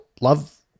love